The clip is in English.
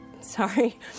Sorry